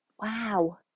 wow